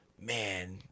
man